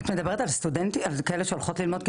את מדברת על כאלו שהולכות ללמוד סטודנטיות?